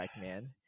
man